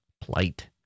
plight